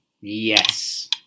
Yes